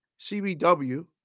CBW